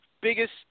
biggest